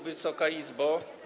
Wysoka Izbo!